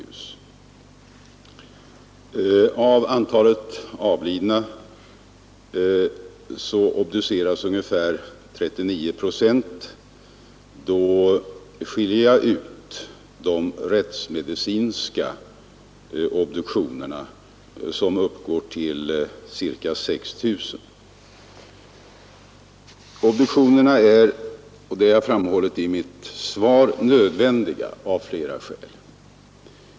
Av antalet avlidna obduceras ungefär 39 procent. Då skiljer jag ut de rättsmedicinska obduktionerna, som uppgår till ca 6 000. Obduktionerna är — och det har jag framhållit i mitt svar — nödvändiga av flera skäl.